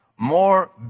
more